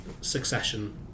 succession